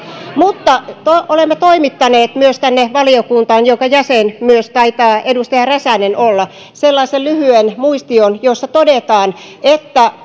mutta olemme myös toimittaneet valiokuntaan jonka jäsen taitaa myös edustaja räsänen olla sellaisen lyhyen muistion jossa todetaan että